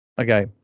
okay